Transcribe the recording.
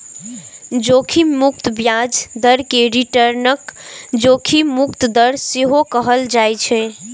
जोखिम मुक्त ब्याज दर कें रिटर्नक जोखिम मुक्त दर सेहो कहल जाइ छै